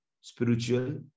spiritual